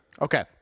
Okay